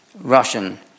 Russian